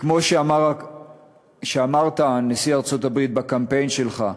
כמו שאמרת, נשיא ארצות-הברית, בקמפיין שלך: